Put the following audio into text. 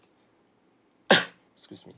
excuse me